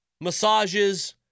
massages